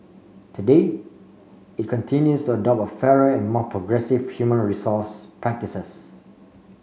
today it continues to adopt fairer and more progressive human resource practices